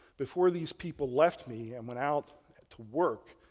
before these people left me and went out to work